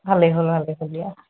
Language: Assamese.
ভালেই হ'ল ভালেই হ'ল দিয়া